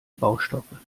baustoffe